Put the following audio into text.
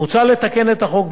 מוצע לתקן את החוק,